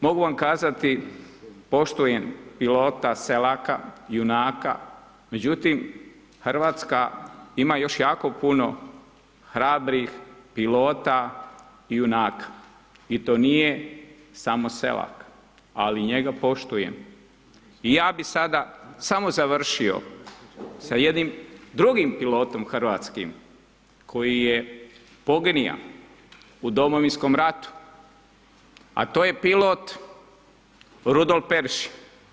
Mogu vam kazati, poštujem pilota Selaka, junaka, međutim Hrvatska ima još jako puno hrabrih pilota junaka i to nije samo Selak, ali njega poštujem i ja bi sada samo završio sa jednim drugim pilotom hrvatskim koji je poginija u Domovinskom ratu, a to je pilot Rudolf Perešin.